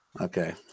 Okay